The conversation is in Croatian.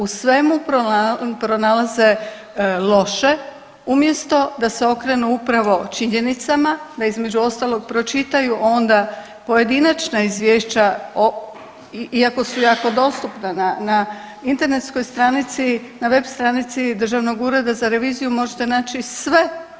U svemu pronalaze loše umjesto da se okrenu upravo činjenicama da između ostalog pročitaju onda pojedinačna izvješća o, iako su jako dostupna na internetskoj stranici, na web stranici Državnog ureda za reviziju možete naći sve.